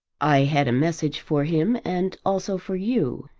i had a message for him and also for you.